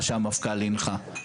מה שהמפכ"ל הנחה.